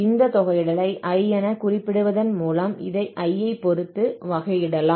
இந்த தொகையிடலை I என குறிப்பிடுவதன் மூலம் இதை I ஐ பொறுத்து வகையிடலாம்